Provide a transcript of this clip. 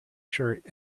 shirt